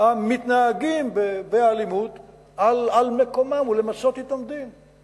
המתנהגים באלימות על מקומם ולמצות אתם את הדין.